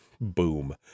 Boom